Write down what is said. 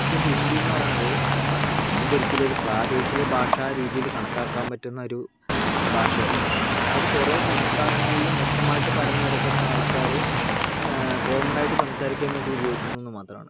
പക്ഷേ ഹിന്ദി പറയണത് നമുക്ക് ഒരിക്കലും ഒരു പ്രാദേശിക ഭാഷാ രീതിയില് കണക്കാക്കാൻ പറ്റുന്ന ഒരു ഭാഷയല്ല അത് കുറേ സംസ്ഥാനങ്ങളിലും മൊത്തമായിട്ട് പരന്നു കിടക്കുന്ന ആൾക്കാര് കോമൺ ആയിട്ട് സംസാരിക്കാൻ വേണ്ടി ഉപയോഗിക്കുന്ന ഒന്നു മാത്രമാണ്